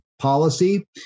policy